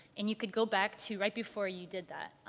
and you could go back to right before you did that.